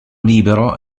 libero